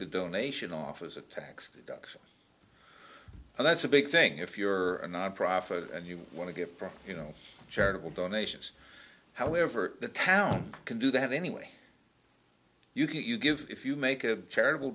the donation off as a tax deduction and that's a big thing if you're a nonprofit and you want to get from you know charitable donations however the town can do that any way you can you give if you make a charitable